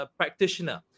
practitioner